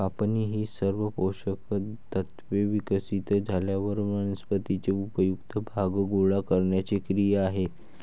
कापणी ही सर्व पोषक तत्त्वे विकसित झाल्यावर वनस्पतीचे उपयुक्त भाग गोळा करण्याची क्रिया आहे